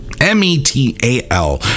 M-E-T-A-L